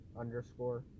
underscore